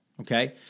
okay